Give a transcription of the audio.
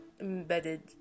embedded